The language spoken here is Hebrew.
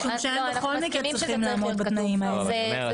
בכל מקרה צריכים לעמוד בתנאים האלה.